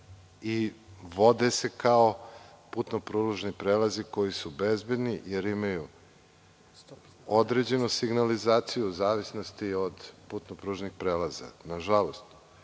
i vode se kao putno-pružni prelazi koji su bezbedni jer imaju određenu signalizaciju u zavisnosti od putno-pružnih prelaza. Nažalost,